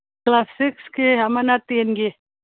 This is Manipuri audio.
ꯀ꯭ꯂꯥꯁ ꯁꯤꯛꯁꯀꯤ ꯑꯃꯅ ꯇꯦꯟꯒꯤ